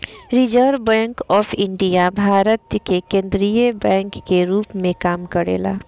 reserve bank of India Bharat के केंद्रीय bank के रूप में काम करेला